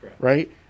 right